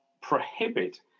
prohibit